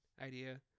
idea